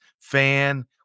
fan